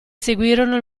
seguirono